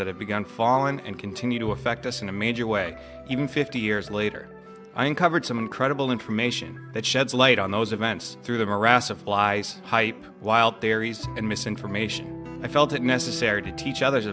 have begun fallen and continue to affect us in a major way even fifty years later i uncovered some incredible information that sheds light on those events through the morass of lies hype wild berries and misinformation i felt it necessary to teach others